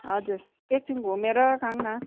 हजुर एकछिन घुमेर खाऔँ न